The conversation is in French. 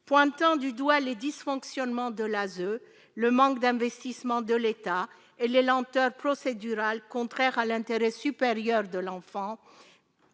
pointant du doigt les dysfonctionnements de l'ASE le manque d'investissement de l'État et les lenteurs procédurales contraires à l'intérêt supérieur de l'enfant